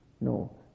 No